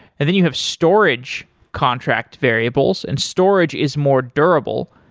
and then you have storage contract variables, and storage is more durable.